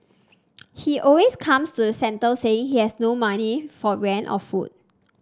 he always comes to the centre saying he has no money for rent or food